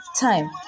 time